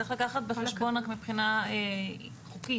צריך לקחת בחשבון רק מבחינה חוקית,